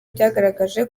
byagaragaje